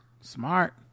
Smart